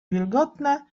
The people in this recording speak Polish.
wilgotne